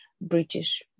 British